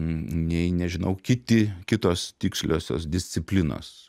nei nežinau kiti kitos tiksliosios disciplinos